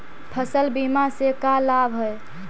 फसल बीमा से का लाभ है?